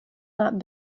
not